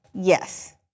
Yes